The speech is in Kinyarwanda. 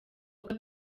avuga